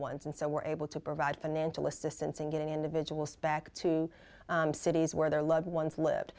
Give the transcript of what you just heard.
ones and so we're able to provide financial assistance in getting individuals back to cities where their loved ones li